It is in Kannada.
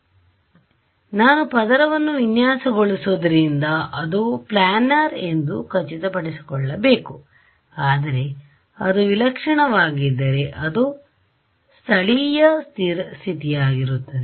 ಏಕೆಂದರೆ ನಾನು ಪದರವನ್ನು ವಿನ್ಯಾಸಗೊಳಿಸುವುದರಿಂದ ಅದು ಪ್ಲ್ಯಾನರ್ ಎಂದು ಖಚಿತಪಡಿಸಿಕೊಳ್ಳಬೇಕು ಆದರೆ ಅದು ವಿಲಕ್ಷಣವಾಗಿದ್ದರೆ ಅದು ಸ್ಥಳೀಯ ಸ್ಥಿತಿಯಾಗಿರುತ್ತದೆ